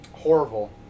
Horrible